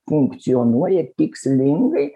funkcionuoja tikslingai